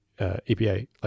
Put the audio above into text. EPA